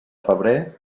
febrer